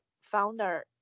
founder